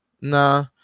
Nah